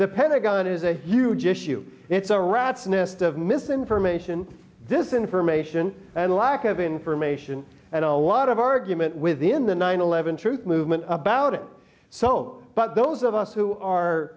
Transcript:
the pentagon is a huge issue it's a rat's nest of misinformation this information and lack of information at a lot of argument within the nine eleven truth movement about it so but those of us who are